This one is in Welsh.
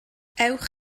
ewch